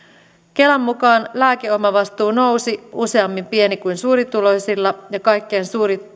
kelan mukaan lääkeomavastuu nousi useammin pieni kuin suurituloisilla ja kaikkein